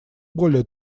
более